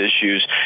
issues